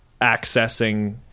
accessing